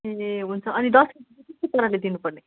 ए हुन्छ अनि दस केजी चाहिँ कस्तो पाराले दिनुपर्ने